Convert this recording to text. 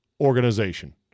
organization